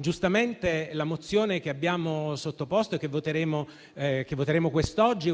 giustamente, la mozione che abbiamo sottoposto e che voteremo quest'oggi